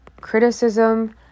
criticism